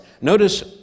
Notice